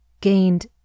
gained